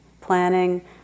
planning